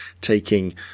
taking